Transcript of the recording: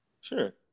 Sure